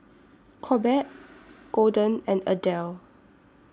Corbett Golden and Adele